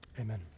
amen